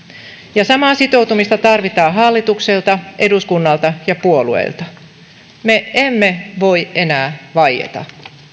ja samaa sitoutumista tarvitaan hallitukselta eduskunnalta ja puolueilta me emme voi enää vaieta